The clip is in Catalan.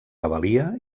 rebel·lia